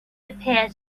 appeared